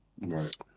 Right